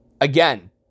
Again